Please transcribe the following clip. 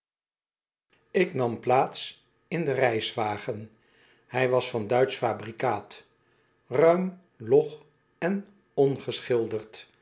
ik nam plaats in den reiswagen hij was van duitsch fabrikaat ruim log en